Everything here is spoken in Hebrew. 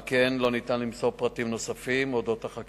על כן לא ניתן למסור פרטים נוספים על החקירה.